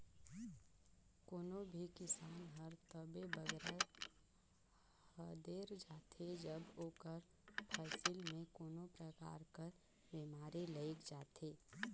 कोनो भी किसान हर तबे बगरा हदेर जाथे जब ओकर फसिल में कोनो परकार कर बेमारी लइग जाथे